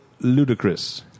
ludicrous